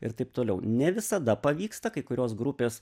ir taip toliau ne visada pavyksta kai kurios grupės